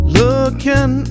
looking